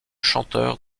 chanteur